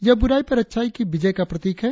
यह बुराई पर अच्छाई की विजय का प्रतीक है